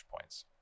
points